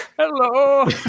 hello